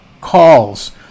calls